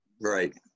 Right